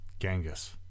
Genghis